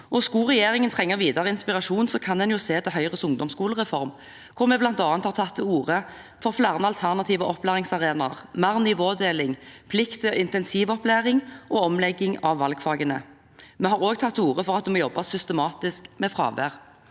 Skulle regjeringen trenge videre inspirasjon, kan en se til Høyres ungdomsskolereform, hvor vi bl.a. har tatt til orde for flere alternative opplæringsarenaer, mer nivådeling, plikt til intensivopplæring og omlegging av valgfagene. Vi har også tatt til orde for at det må jobbes systematisk med fravær.